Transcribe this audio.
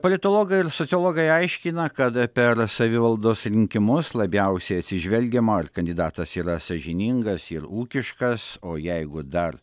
politologai ir sociologai aiškina kad per savivaldos rinkimus labiausia atsižvelgiama ar kandidatas yra sąžiningas ir ūkiškas o jeigu dar